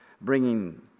bringing